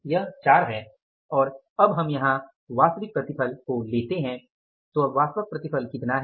यह 4 है और अब हम यहां वास्तविक प्रतिफल को लेते हैं तो अब वास्तविक प्रतिफल कितना है